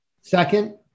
second